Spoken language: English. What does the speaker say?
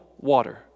water